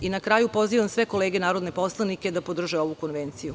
Na kraju, pozivam sve kolege narodne poslanike da podrže ovu konvenciju.